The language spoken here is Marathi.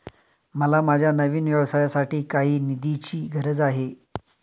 मला माझ्या नवीन व्यवसायासाठी काही निधीची गरज आहे